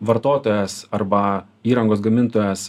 vartotojas arba įrangos gamintojas